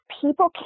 people